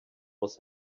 was